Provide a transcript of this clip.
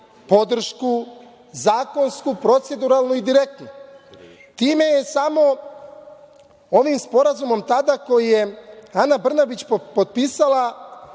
podršku zakonsku, proceduralnu i direktnu. Ovim sporazumom tada, koji je Ana Brnabić potpisala